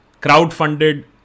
crowdfunded